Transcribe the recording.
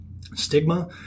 stigma